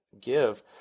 Give